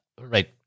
right